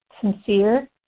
sincere